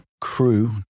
crew